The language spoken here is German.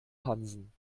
hansen